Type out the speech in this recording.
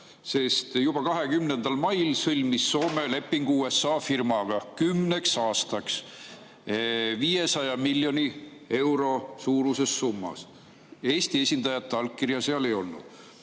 sest juba 20. mail sõlmis Soome lepingu USA firmaga 10 aastaks 500 miljoni euro suuruses summas. Eesti esindajate allkirja seal ei olnud.